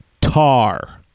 tar